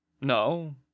No